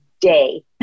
Day